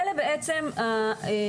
זה החלק הראשון.